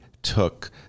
took